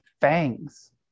fangs